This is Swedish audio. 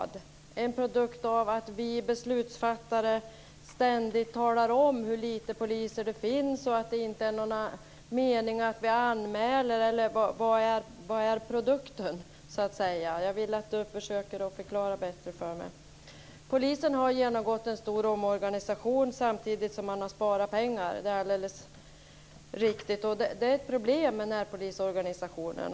Är det en produkt av att vi beslutsfattare ständigt talar om hur lite poliser det finns, att det inte är någon mening att vi anmäler, eller vad är så att säga produkten? Jag vill att han försöker förklara detta bättre för mig. Polisen har genomgått en stor omorganisation samtidigt som man har sparat pengar. Det är alldeles riktigt. Det är ett problem med närpolisorganisationen.